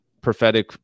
prophetic